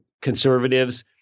conservatives